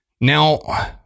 Now